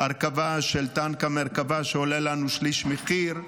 בהרכבה של טנק המרכבה, שעולה לנו שליש מחיר,